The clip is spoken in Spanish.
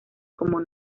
como